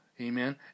Amen